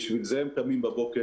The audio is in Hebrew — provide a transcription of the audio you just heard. בשביל זה הם קמים בבוקר.